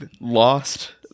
lost